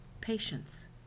patience